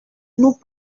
nous